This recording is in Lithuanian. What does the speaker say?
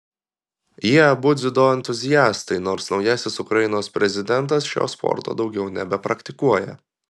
jie abu dziudo entuziastai nors naujasis ukrainos prezidentas šio sporto daugiau nebepraktikuoja